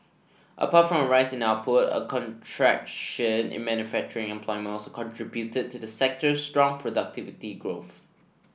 apart from a rise in output a contraction in manufacturing employment also contributed to the sector's strong productivity growth